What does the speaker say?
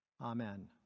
Amen